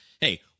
hey